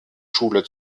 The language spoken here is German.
schule